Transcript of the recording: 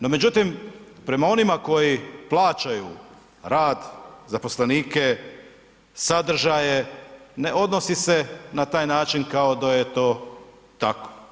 No, međutim prema onima koji plaćaju rad, zaposlenike, sadržaje ne odnosi se na taj način kao da je to tako.